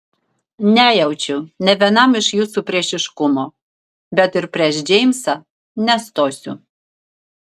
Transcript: nejaučiu nė vienam iš jūsų priešiškumo bet ir prieš džeimsą nestosiu